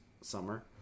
summer